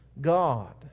God